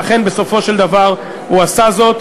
ואכן בסופו של דבר הוא עשה זאת.